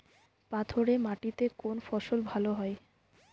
পাথরে মাটিতে কোন ফসল ভালো হয়?